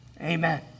amen